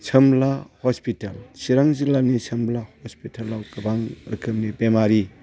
सोमब्ला hospital चिरां जिल्लानि सोमब्ला हस्पिटालाव गोबां रोखोमनि बेमारि